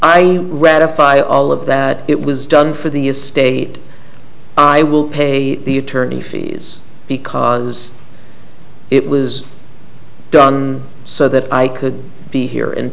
i ratify all of that it was done for the estate i will pay the attorney fees because it was done so that i could be here and